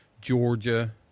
Georgia